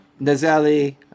Nazali